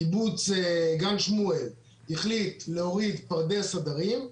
קיבוץ גן שמואל החליט להוריד פרדס הדרים,